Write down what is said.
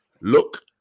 look